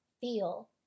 feel